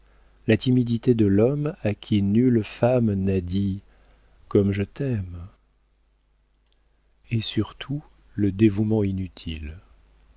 la timidité de l'homme à qui nulle femme n'a dit comme je t'aime et surtout le dévouement inutile